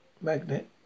Magnet